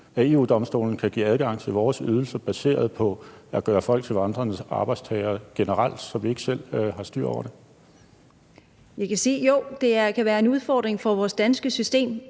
at EU-Domstolen kan give adgang til vores ydelser baseret på at gøre folk til vandrende arbejdstagere generelt, så vi ikke selv har styr på det? Kl. 11:31 Katarina Ammitzbøll (KF): Jo, det kan være en udfordring for vores danske system,